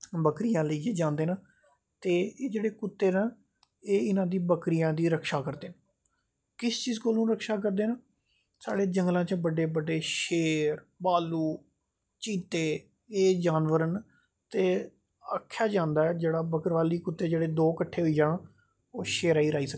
बकरियां लेइयै जांदे न ते एह् जेह्ड़े कुत्ते न एह् उनां दि बकरियां दी रक्षा करद न किस चीज़ तो रक्षी करदे न साढ़े जंगलां च बड्डे बड्डे शेर बालू चीते एह् जानवर न ते आक्खेआ जादा ऐ जे दो बकरवाली कुत्ते किट्ठे होई जान ओह् शेरा गी रहाई सकदे न